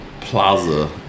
Plaza